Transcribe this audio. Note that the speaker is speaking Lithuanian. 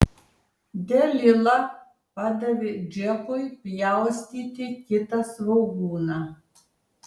delila padavė džekui pjaustyti kitą svogūną